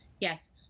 Yes